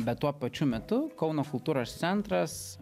bet tuo pačiu metu kauno kultūros centras